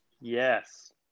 Yes